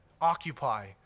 Occupy